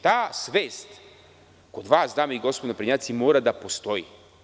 Ta svest kod vas, dame i gospodo naprednjaci, mora da postoji.